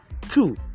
two